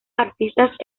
artistas